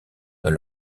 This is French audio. dans